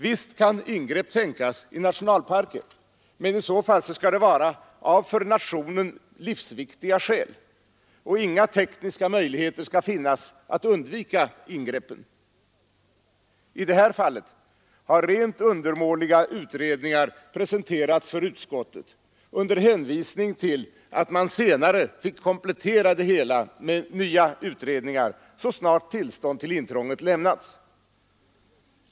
Visst kan ingrepp tänkas i nationalparker, men i så fall skall det vara av för nationen livsviktiga skäl, och inga tekniska möjligheter skall finnas att undvika ingreppen. I det här fallet har rent undermåliga utredningar presenterats för utskottet under hänvisning till att man senare fick komplettera det hela med nya utredningar så snart tillstånd till intrånget lämnats.